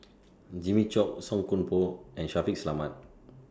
Jimmy Chok Song Koon Poh and Shaffiq Selamat